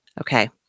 Okay